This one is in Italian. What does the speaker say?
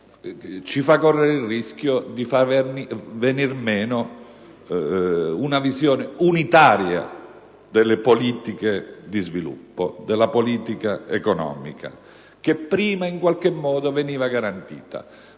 ci fa correre il rischio che possa venir meno una visione unitaria delle politiche di sviluppo e della politica economica, che prima in qualche modo veniva garantita.